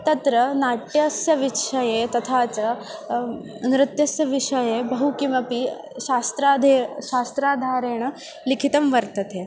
तत्र नाट्यस्य विषये तथा च नृत्यस्य विषये बहु किमपि शास्त्राधारेण शास्त्राधारेण लिखितं वर्तते